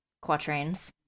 quatrains